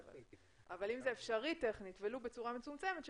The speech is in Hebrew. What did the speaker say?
אבל אם זה אפשרי טכנית ולו בצורה מצומצמת,